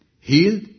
healed